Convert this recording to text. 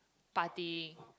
partying